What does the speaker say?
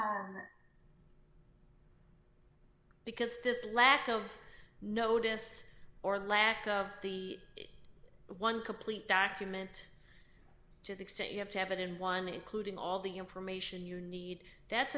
y because this lack of notice or lack of the one complete document to the extent you have to have it in one including all the information you need that's